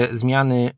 zmiany